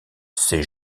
ces